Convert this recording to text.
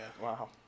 wow